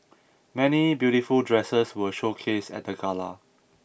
many beautiful dresses were showcased at the gala